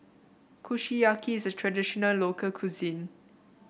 kushiyaki is a traditional local cuisine